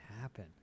happen